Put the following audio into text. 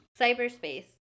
Cyberspace